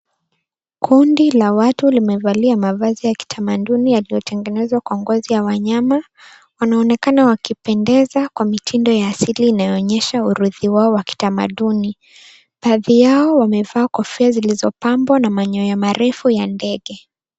Kundi la watu limevalia mavazi ya kitamaduni yaliyotengenezwa kwa ngozi ya wanyama. Wanaonekana wakipendeza kwa mitindo ya asili inayoonyesha urithi wao wa kitamaduni. Baadhi wao wamevaa kofia zilizopambwa na manyoya marefu ya ndege.